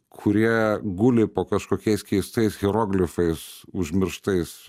kurie guli po kažkokiais keistais hieroglifais užmirštais